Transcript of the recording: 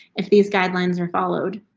if these guidelines are followed.